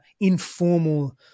informal